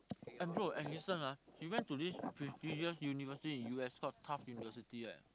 and bro and listen ah she went to this prestigious university in U_S called Tufts University eh